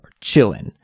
chillin